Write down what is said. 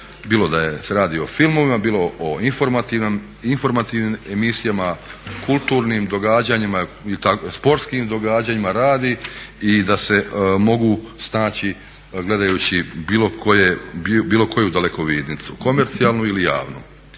bilo da se radi o filmovima, bilo o informativnim emisijama, kulturnim događanjima, sportskim događanjima radi i da se mogu snaći gledajući bilo koju dalekovidnicu komercijalnu ili javnu.